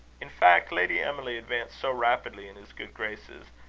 in fact, lady emily advanced so rapidly in his good graces,